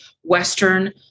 Western